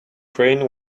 crane